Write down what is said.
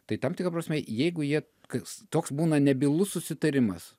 tam tikra prasme jeigu jie kas toks būna nebylus susitarimas